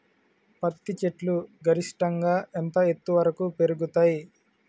పత్తి చెట్లు గరిష్టంగా ఎంత ఎత్తు వరకు పెరుగుతయ్?